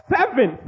Seven